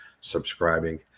subscribing